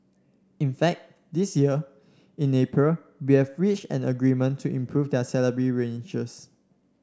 in fact this year in April we have reached an agreement to improve their salary ranges